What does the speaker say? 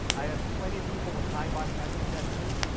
i have plenty of people with high body mass indexes.